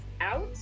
out